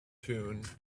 tune